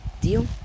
Deal